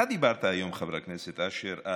אתה דיברת היום, חבר הכנסת אשר,